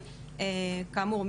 כאמור,